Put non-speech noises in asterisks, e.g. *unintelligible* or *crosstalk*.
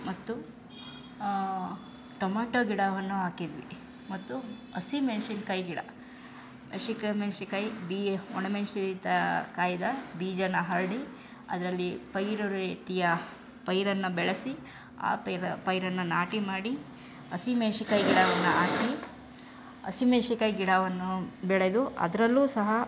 ಮತ್ತು ಟೊಮಾಟೊ ಗಿಡವನ್ನು ಹಾಕಿದ್ವಿ ಮತ್ತು ಹಸಿ ಮೆಣ್ಸಿನ್ಕಾಯಿ ಗಿಡ ಹಸಿ ಕಾಯಿ ಮೆಣ್ಸಿನ್ಕಾಯಿ *unintelligible* ಒಣ ಮೆಣ್ಸಿನ ಕಾಯ್ದ ಬೀಜನ ಹರಡಿ ಅದರಲ್ಲಿ ಪೈರು ರೀತಿಯ ಪೈರನ್ನು ಬೆಳೆಸಿ ಆ ಪೈರು ಪೈರನ್ನು ನಾಟಿ ಮಾಡಿ ಹಸಿ ಮೆಣ್ಸಿನ್ಕಾಯಿ ಗಿಡನ್ನ ಹಾಕಿ ಹಸಿ ಮೆಣ್ಸಿನ್ಕಾಯಿ ಗಿಡವನ್ನು ಬೆಳೆದು ಅದರಲ್ಲೂ ಸಹ